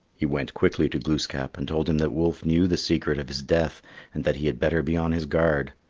he went quickly to glooskap and told him that wolf knew the secret of his death and that he had better be on his guard.